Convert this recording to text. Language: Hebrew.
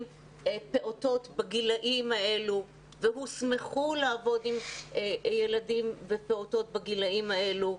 פעוטות בגילים האלה והוסמכו לעבוד עם ילדים ופעוטות בגילים האלו.